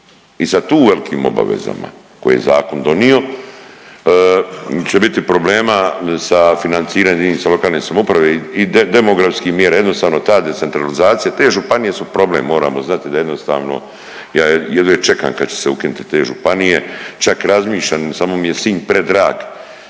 i sa tu velikim obavezama koje je zakon donio će biti problema sa financiranjem jedinica lokalne samouprave i demografskih mjera. Jednostavno ta decentralizacija, te županije su problem. Moramo znati da jednostavno ja jedva čekam kad će se ukinuti te županije. Čak razmišljam samo mi je Sinj predrag